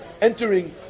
entering